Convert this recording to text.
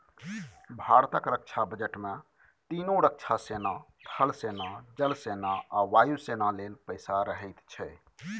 भारतक रक्षा बजट मे तीनों रक्षा सेना थल सेना, जल सेना आ वायु सेना लेल पैसा रहैत छै